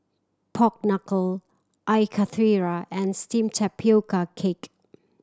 pork knuckle Air Karthira and steamed tapioca cake